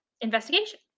investigation